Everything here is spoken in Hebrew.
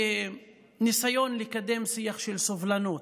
בניסיון לקדם שיח של סובלנות,